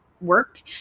work